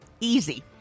easy